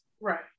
Right